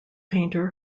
painter